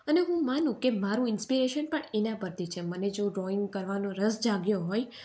અને હું માનું કે મારું ઇન્સ્પિરેશન પણ એના પરથી છે મને જો ડ્રોઈંગ કરવાનો રસ જાગ્યો હોય